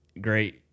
Great